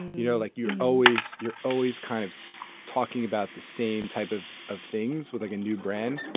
you know like you're always you're always kind of so talking about the same type of of things with like a new brand.